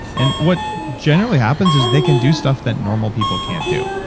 and what generally happens is they can do stuff that normal people can't do.